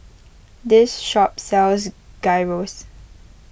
this shop sells Gyros